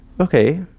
okay